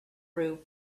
roof